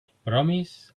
promise